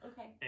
Okay